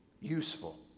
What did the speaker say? useful